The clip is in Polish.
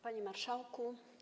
Panie Marszałku!